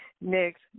next